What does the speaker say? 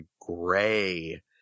gray